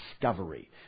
discovery